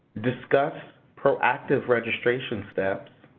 discuss proactive registration steps,